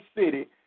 city